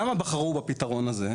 למה בחרו בפתרון הזה?